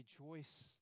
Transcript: rejoice